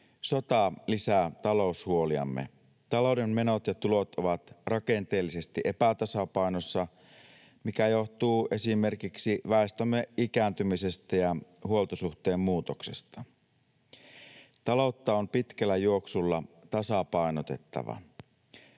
Sota lisää taloushuoliamme. Talouden menot ja tulot ovat rakenteellisesti epätasapainossa, mikä johtuu esimerkiksi väestömme ikääntymisestä ja huoltosuhteen muutoksesta. Taloutta on pitkällä juoksulla tasapainotettava.